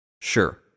Sure